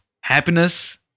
happiness